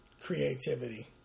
creativity